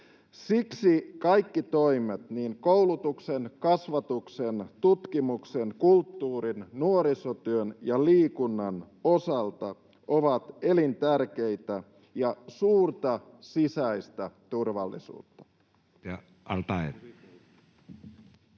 Siksi kaikki toimet niin koulutuksen, kasvatuksen, tutkimuksen, kulttuurin, nuorisotyön kuin liikunnan osalta ovat elintärkeitä ja suurta sisäistä turvallisuutta.